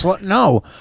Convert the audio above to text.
no